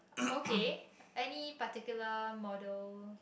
okay any particular model